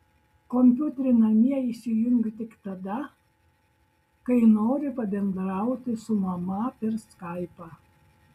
kompiuterį namie įsijungiu tik tada kai noriu pabendrauti su mama per skaipą